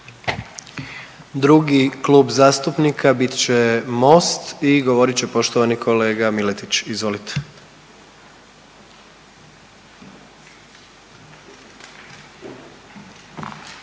Drugi Klub zastupnika bit će MOST i govorit će poštovani kolega Miletić. Izvolite.